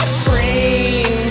scream